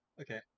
Okay